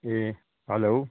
A hello